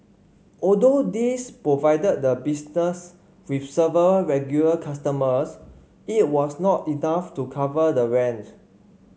although these provided the business with several regular customers it was not enough to cover the rent